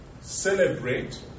celebrate